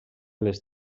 les